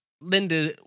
Linda